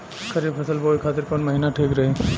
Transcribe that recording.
खरिफ फसल बोए खातिर कवन महीना ठीक रही?